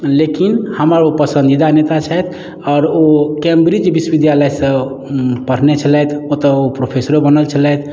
लेकिन हमर ओ पसन्दीदा नेता छथि आओर ओ कैम्ब्रिज विश्वविद्यालय सँ पढ़ने छलथि ओतए ओ प्रोफेसरो बनल छलथि